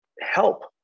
help